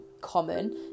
common